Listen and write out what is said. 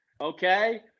Okay